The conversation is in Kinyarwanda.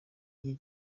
igihe